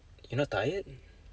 you not tired